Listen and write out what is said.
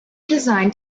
designed